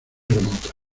remotas